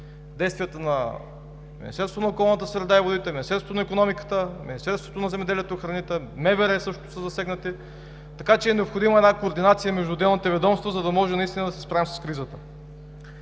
действията на Министерството на околната среда и водите, Министерството на икономиката, Министерството на земеделието, храните и горите, МВР също са засегнати, така че е необходима координация между отделните ведомства, за да може наистина да се справим с кризата.